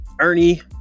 Ernie